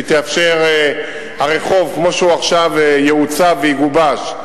הרחוב כמו שהוא עכשיו יעוצב ויגובש,